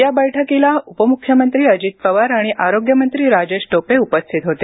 या बैठकीला उपम्ख्यमंत्री अजित पवार आणि आरोग्य मंत्री राजेश टोपे हे देखील उपस्थित होते